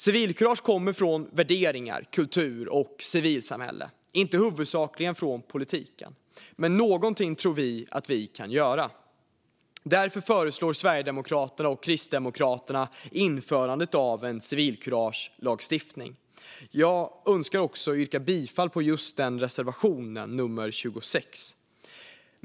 Civilkurage kommer från värderingar, kultur och civilsamhälle, inte huvudsakligen från politiken, men någonting tror vi att vi kan göra. Därför föreslår Sverigedemokraterna och Kristdemokraterna införandet av en civilkuragelagstiftning. Jag önskar också yrka bifall till just den reservationen, nummer 26.